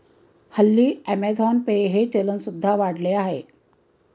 हल्ली Amazon Pay चे चलन सुद्धा वाढले आहे